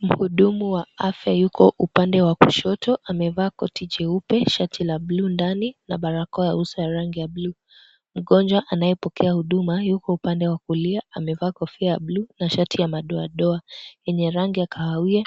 Mhudumu wa afya yuko upande wa kushoto amevaa koti cheupe na shati la blue ndani na barakoa ya uso ya rangi ya blue . Mgonjwa anayepokea huduma yuko upande wa kulia amevaa kofia ya blue na shati ya madoadoa, yenye rangi ya kahawia,